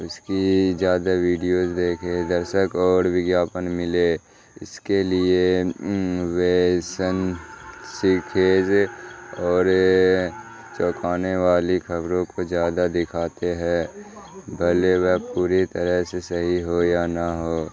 اس کی زیادہ ویڈیوز دیکھے درشک اور وگیاپن ملے اس کے لیے اور چونکانے والی خبروں کو زیادہ دکھاتے ہے بھلے وہ پوری طرح سے صحیح ہو یا نہ ہو